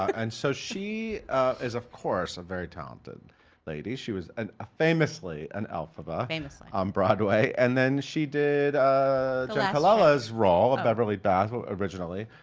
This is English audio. and so is is of course a very talented lady. she was a ah famously and elphaba, famously. on broadway, and then she did colella's role of beverly bass, well originally,